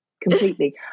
completely